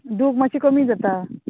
दूक मात्शी कमी जाता